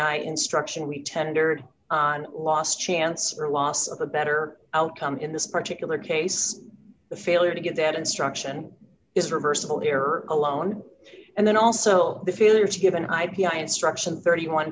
i instruction we tendered on last chance or loss of a better outcome in this particular case the failure to get that instruction is reversible error alone and then also the failure to give an i p i instruction thirty one